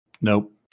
Nope